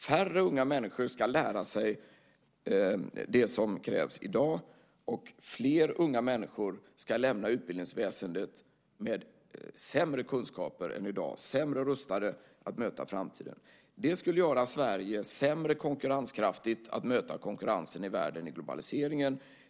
Färre unga människor ska lära sig det som krävs i dag och fler unga människor ska lämna utbildningsväsendet med sämre kunskaper än i dag, sämre rustade att möta framtiden. Det skulle göra Sverige sämre konkurrenskraftigt att möta konkurrensen i världen vid globaliseringen.